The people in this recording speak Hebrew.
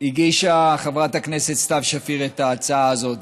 הגישה חברת הכנסת סתיו שפיר את ההצעה הזאת,